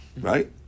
right